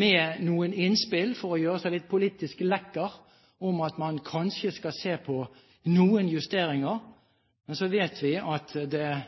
med noen innspill – for å gjøre seg litt politisk lekker – om at man kanskje skal se på noen justeringer. Men vi vet at det